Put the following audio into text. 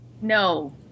No